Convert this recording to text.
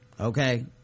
Okay